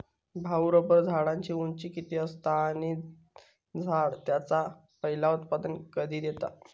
भाऊ, रबर झाडाची उंची किती असता? आणि झाड त्याचा पयला उत्पादन कधी देता?